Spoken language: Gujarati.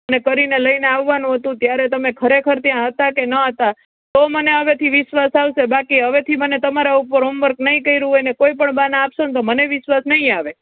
અને કરીને લઈને આવવાનું હતું ત્યારે તમે ખરેખર ત્યાં હતા કે ન હતા તો મને હવેથી વિશ્વાસ આવશે બાકી હવેથી મને તમારા ઉપર હોમવર્ક નહીં કર્યું હોય ને કોઈપણ બહાનાં આપશો ને તો મને વિશ્વાસ નહીં આવે